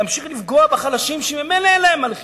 להמשיך לפגוע בחלשים שממילא אין להם ממה לחיות.